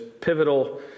pivotal